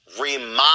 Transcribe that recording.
remind